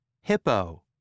Hippo